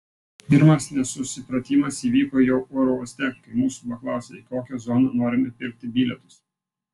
pirmas nesusipratimas įvyko jau oro uoste kai mūsų paklausė į kokią zoną norime pirkti bilietus